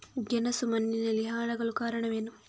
ಗೆಣಸು ಮಣ್ಣಿನಲ್ಲಿ ಹಾಳಾಗಲು ಕಾರಣವೇನು?